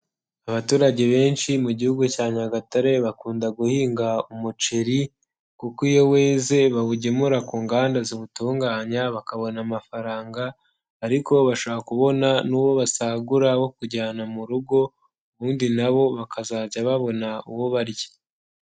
Abaturage benshi mu gihugu cya nyagatare bakunda guhinga umuceri, kuko iyo weze bawugemura ku nganda ziwutunganya bakabona amafaranga, ariko bashaka kubona n'uwo basagura wo kujyana mu rugo, ubundi nabo bakazajya babona uwo barya.